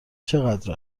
چقدر